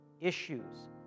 issues